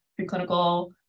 preclinical